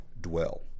dwell